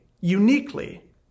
uniquely